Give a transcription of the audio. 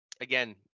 Again